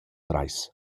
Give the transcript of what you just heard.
trais